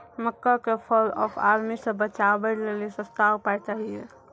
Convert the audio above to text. मक्का के fall of army से बचाबै लेली सस्ता उपाय चाहिए?